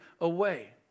away